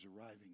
arriving